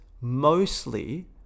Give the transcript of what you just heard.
mostly